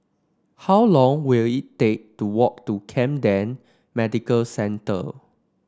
how long will it take to walk to Camden Medical Centre